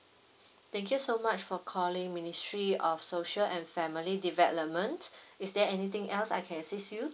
thank you so much for calling ministry of social and family development is there anything else I can assist you